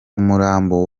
umurambo